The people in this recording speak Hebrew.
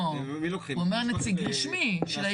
לא, הוא אומר נציג רשמי של האיגוד.